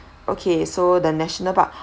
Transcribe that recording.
okay so the national park